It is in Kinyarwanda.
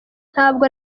ntabwo